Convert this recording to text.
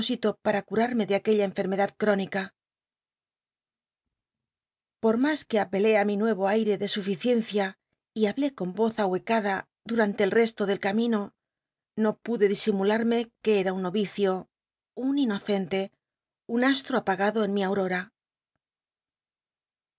pal'a cural'me de aquella enfermedad c ónica por mas que apelé ti mi nue o aile de suficiencia y hablé con oz ahuecada durante el resto del camino no pude disimular que era un no icio un inocente un asllo apagado en mi aurora